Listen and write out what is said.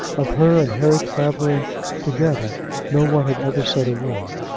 of her and harry clavering together no one had ever said a word.